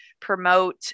promote